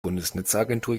bundesnetzagentur